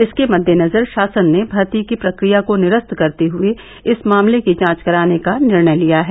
इसके मददे नजर षासन ने भर्ती की प्रक्रिया को निरस्त करते हुए इस मामले की जांच कराने का निर्णय लिया है